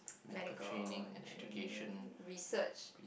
medically training research